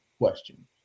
question